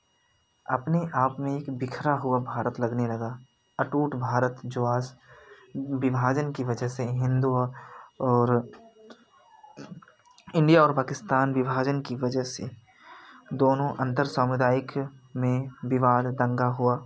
अपने आप में एक बिखरा हुआ भारत लगने लगा अटूट भारत जो आज विभाजन की वजह से हिंदू और और इंडिया और पाकिस्तानी विभाजन की वजह से दोनों अंतर सामुदायिक में विवाद दंगा हुआ